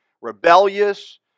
rebellious